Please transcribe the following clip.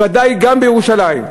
בוודאי גם בירושלים.